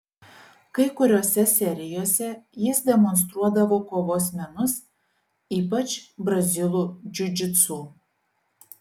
kai kuriose serijose jis demonstruodavo kovos menus ypač brazilų džiudžitsu